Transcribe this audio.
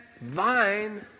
vine